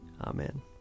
Amen